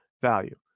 value